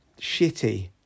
shitty